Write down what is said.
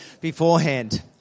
beforehand